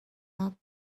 not